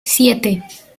siete